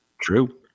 True